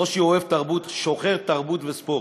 ברושי שוחר תרבות וספורט.